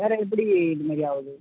வேறு எப்படி இது மாதிரி ஆகுது